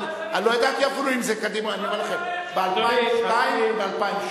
לא ידעתי אפילו אם זה קדימה, ב-2002 וב-2007.